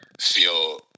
feel